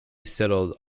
settled